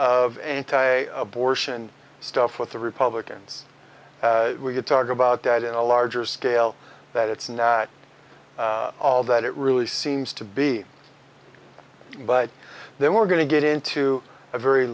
of anti abortion stuff with the republicans we could talk about that in a larger scale that it's an all that it really seems to be but then we're going to get into a very